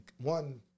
One